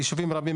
יישובים רבים,